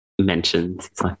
Mentions